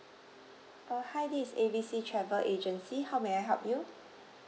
uh hi this is A B C travel agency how may I help you